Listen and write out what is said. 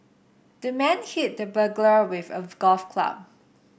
the man hit the burglar with a golf club